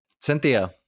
Cynthia